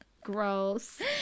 Gross